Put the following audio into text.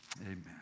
Amen